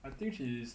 I think she is